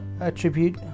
attribute